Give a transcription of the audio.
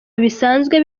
bisanzwe